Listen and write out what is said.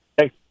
hey